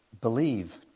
Believe